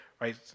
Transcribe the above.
right